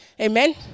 amen